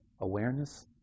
Awareness